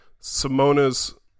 Simona's